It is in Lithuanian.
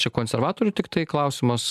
čia konservatorių tiktai klausimas